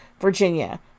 Virginia